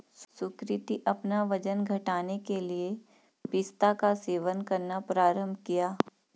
सुकृति अपना वजन घटाने के लिए पिस्ता का सेवन करना प्रारंभ किया